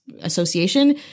association